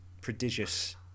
prodigious